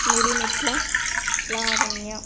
మిరిమిట్ల Lavanya